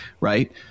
Right